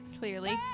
clearly